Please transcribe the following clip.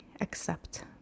accept